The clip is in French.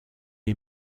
est